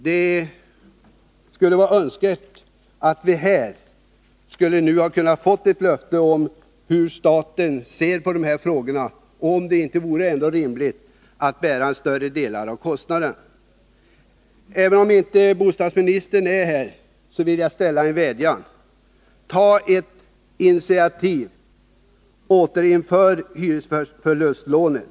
Det hade varit önskvärt att vi här kunnat få ett besked om hur staten ser på dessa frågor och om det ändå inte vore rimligt att staten bär en större del av kostnaden. Även om bostadsministern inte är här, vill jag uttala en vädjan: Ta ett initiativ! Återinför hyresförlustlånen!